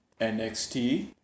NXT